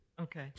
Okay